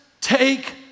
take